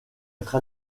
être